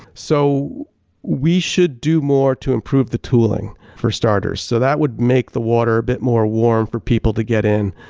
so we should do more to improve the tooling for starters. so that would make the water a bit more warm for people to get in.